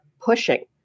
pushing